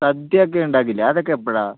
സദ്യയൊക്കെ ഉണ്ടാക്കില്ലേ അതൊക്കെ എപ്പോഴാണ്